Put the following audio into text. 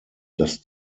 dass